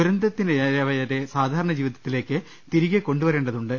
ദുരിതത്തിനിരയായവരെ സാധാരണ ജീവിതത്തിലേക്ക് തിരികെ കൊണ്ടുവരേണ്ടതുണ്ട്